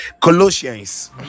colossians